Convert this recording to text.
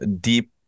deep